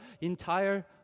entire